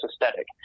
aesthetic